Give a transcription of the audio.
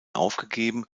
aufgegeben